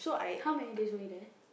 how many days were you there